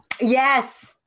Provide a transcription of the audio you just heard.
Yes